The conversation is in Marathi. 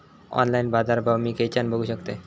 ऑनलाइन बाजारभाव मी खेच्यान बघू शकतय?